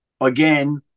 again